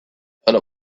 and